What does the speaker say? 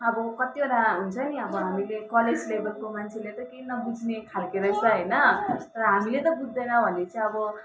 अब कतिवटा हुन्छ नि अब हामीले कलेज लेबलको मान्छेले त केही नबुझ्ने खालको रहेछ होइन हामीले त बुझ्दैन भने पछि अब